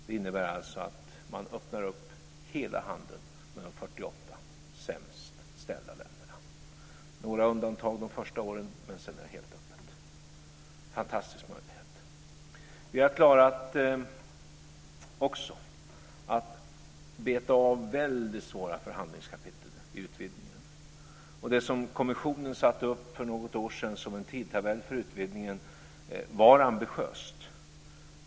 Det innebär att man öppnar upp hela handeln med de 48 sämst ställda länderna. Det är några undantag de första åren, men sedan är det helt öppet. Det är en fantastisk möjlighet. Vi har också klarat att beta av mycket svåra förhandlingskapitel i utvidgningen. Det som kommissionen satte upp för något år sedan som en tidtabell för utvidgningen var ambitiöst.